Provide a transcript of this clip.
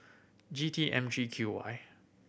G T M three Q Y